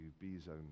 B-Zone